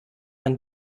man